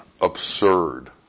absurd